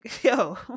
yo